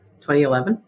2011